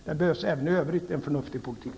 Det behövs även i övrigt en förnuftig politik.